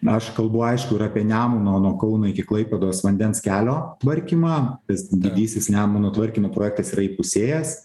na aš kalbu aišku ir apie nemuno nuo kauno iki klaipėdos vandens kelio tvarkymą tas didysis nemuno tvarkymo projektas yra įpusėjęs